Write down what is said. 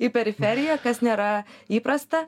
į periferiją kas nėra įprasta